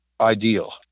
ideal